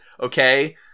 okay